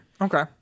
Okay